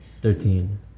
Thirteen